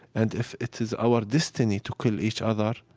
and if it is our destiny to kill each other,